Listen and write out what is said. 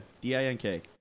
D-I-N-K